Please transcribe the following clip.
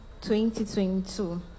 2022